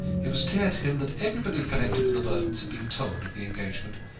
it was clear to him that everybody connected with the burtons had been told of the engagement,